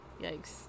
Yikes